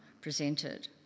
presented